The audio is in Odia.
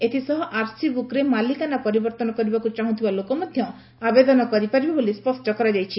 ଏଥିସହ ଆର୍ସି ବୁକ୍ରେ ମାଲିକାନା ପରିବର୍ଭନ କରିବାକୁ ଚାହୁଁଥିବା ଲୋକ ମଧ୍ଧ ଆବେଦନ କରିପାରିବେ ବୋଲି ସ୍ୱଷ୍କ କରାଯାଇଛି